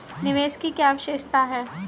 निवेश की क्या विशेषता है?